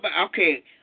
Okay